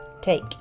Take